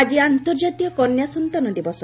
ଆଜି ଅନ୍ତଜାର୍ତୀୟ କନ୍ୟାସନ୍ତାନ ଦିବସ